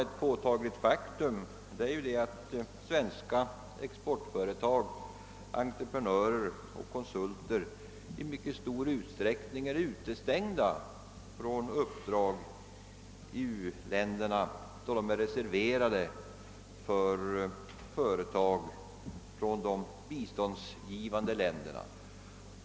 Ett påtagligt faktum är att svenska exportföretag, entreprenörer och konsulter i mycket stor utsträckning är utestängda från uppdrag i u-länderna, eftersom dessa är reserverade för företag från de biståndsgivande länderna.